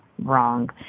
wrong